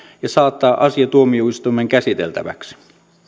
ja saattaa asia tuomioistuimen käsiteltäväksi